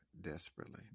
Desperately